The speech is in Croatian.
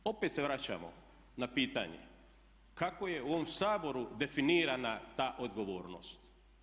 Opet se vraćamo na pitanje kako je u ovom Saboru definirana ta odgovornost?